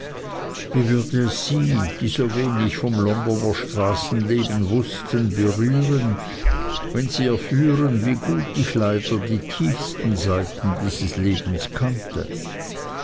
wie würde es sie die so wenig vom londoner straßenleben wußten berühren wenn sie erführen wie gut ich leider die tiefsten seiten dieses lebens kannte